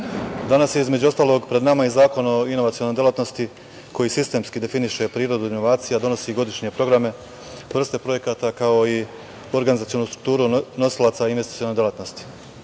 danas je između ostalog pred nama i Zakon o inovacionoj delatnosti, koji sistemski definiše prirodu inovacija, donosi godišnje programe, vrste projekata, kao i organizacionu strukturu nosilaca investicione delatnosti. Novi